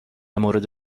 مورد